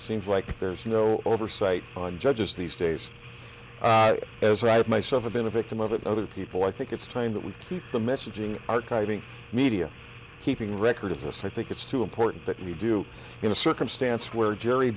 seems like there's no oversight on judges these days as i have myself been a victim of it other people i think it's time that we keep the messaging archiving media keeping records of so i think it's too important that we do in a circumstance where jerry